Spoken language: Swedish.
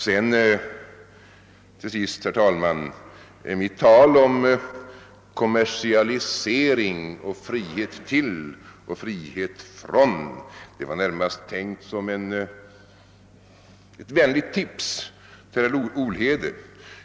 Till sist vill jag, herr talman, säga att mitt tal om kommersialisering och frihet till och frihet från var närmast tänkt som ett vänligt tips för herr OIlhede.